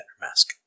mask